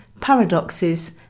paradoxes